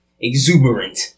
exuberant